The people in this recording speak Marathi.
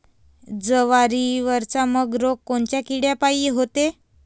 जवारीवरचा मर रोग कोनच्या किड्यापायी होते?